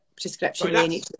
Prescription